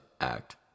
act